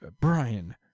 Brian